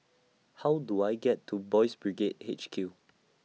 How Do I get to Boys' Brigade H Q